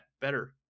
better